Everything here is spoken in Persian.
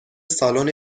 سالن